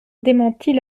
démentit